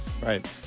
Right